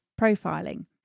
profiling